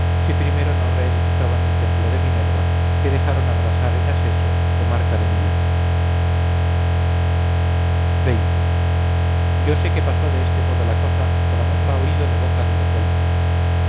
si primero no reedificaban el templo de minerva que dejaron abrasar en asseso comarca de mileto yo sé que pasó de este modo la cosa por haberla oído de boca de los